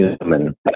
human